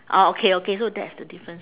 ah okay okay so that's the difference